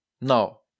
Now